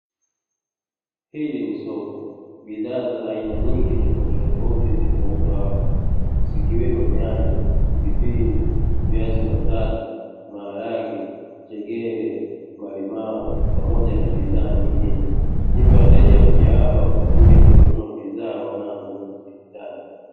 Hili ni soko, bidhaa za aina tofauti tofauti zinauzwa hapa zikiwemo nyanya, pilipili, viazimbatata, maharage, njegere, malimao pamoja na bidhaa nyingine. Hivyo wateja huja hapa kwa ajili ya kununua bidhaa wanazohitaji.